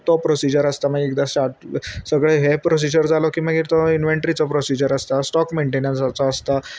तो प्रोसिजर आसता मागीर एकदां स्टार्ट सगळें हे प्रोसिजर जालो की मागीर तो इनवँट्री प्रोसिजर आसता स्टोक मेनटेनंसाचो आसता